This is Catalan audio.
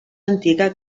antiga